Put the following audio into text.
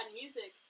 music